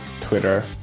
Twitter